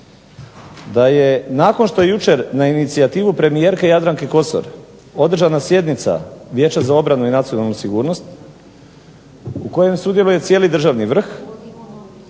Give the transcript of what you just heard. da je nakon što je jučer na inicijativu premijerke Jadranke Kosor održana sjednica Vijeća za obranu i nacionalnu sigurnost, u koje sudjeluje cijeli državni vrh,